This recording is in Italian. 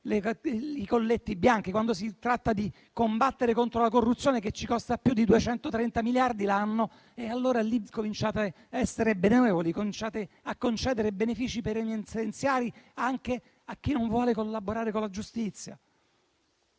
i colletti bianchi o combattere contro la corruzione, che ci costa più di 230 miliardi l'anno, allora lì cominciate a essere benevoli, cominciate a concedere benefici penitenziari anche a chi non vuole collaborare con la giustizia.